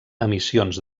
emissions